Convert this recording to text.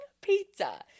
pizza